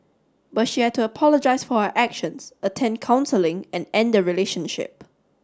but she had to apologize for her actions attend counselling and end the relationship